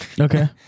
Okay